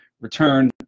return